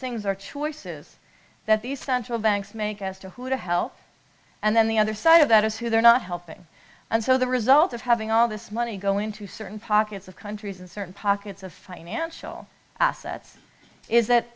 things are choices that these central banks make as to who to help and then the other side of that is who they're not helping and so the result of having all this money go into certain pockets of countries in certain pockets of financial assets is that